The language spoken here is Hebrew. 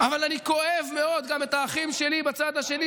אבל אני כואב מאוד גם את האחים שלי בצד השני,